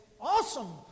awesome